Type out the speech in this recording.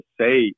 say